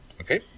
Okay